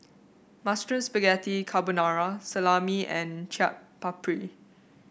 Mushroom Spaghetti Carbonara Salami and Chaat Papri